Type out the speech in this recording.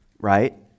right